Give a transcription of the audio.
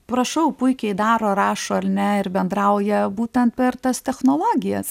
prašau puikiai daro rašo ar ne ir bendrauja būtent per tas technologijas